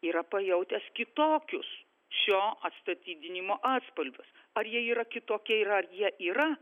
yra pajautęs kitokius šio atstatydinimo atspalvius ar jie yra kitokie ir ar jie yra